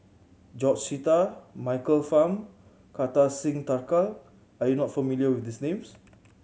George Sita Michael Fam Kartar Singh Thakral are you not familiar with these names